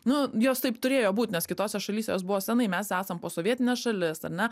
nu jos taip turėjo būt nes kitose šalyse jos buvo senai mes esam posovietinė šalis ar ne